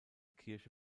kirche